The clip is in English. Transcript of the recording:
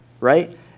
Right